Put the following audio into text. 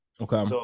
Okay